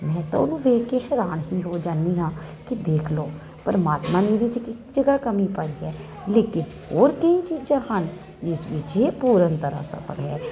ਮੈਂ ਤਾਂ ਉਹਨੂੰ ਵੇਖ ਕੇ ਹੈਰਾਨ ਹੀ ਹੋ ਜਾਨੀ ਆ ਕਿ ਦੇਖ ਲਓ ਪਰਮਾਤਮਾ ਨੇ ਇਹਦੇ ਚ ਕੀ ਜਗਹਾ ਕਮੀ ਪਾਈ ਲੇਕਿਨ ਹੋਰ ਕਈ ਚੀਜ਼ਾਂ ਹਨ ਜਿਸ ਵਿੱਚ ਪੂਰਨ ਤਰਾ ਸਫਲ ਹੈ